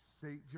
savior